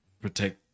protect